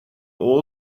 all